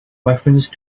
reference